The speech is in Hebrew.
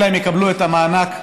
אלא הם יקבלו את המענק המלא,